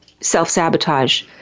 self-sabotage